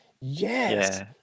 yes